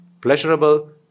pleasurable